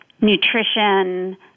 nutrition